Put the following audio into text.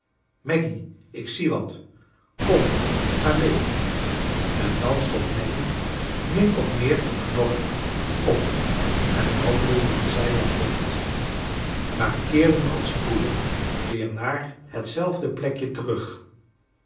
maggy ik zie wat kom ga mee en dan stond maggy min of meer knorrig op en wandelden zij wat rond maar keerden al spoedig weer naar hetzelfde plekje terug